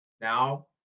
Now